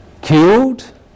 killed